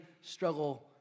struggle